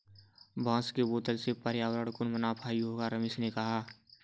बांस के बोतल से पर्यावरण को मुनाफा ही होगा रमेश ने कहा